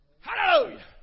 Hallelujah